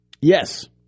Yes